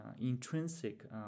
intrinsic